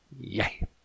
Yay